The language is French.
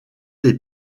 les